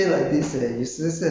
对